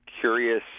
curious